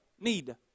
need